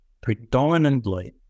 predominantly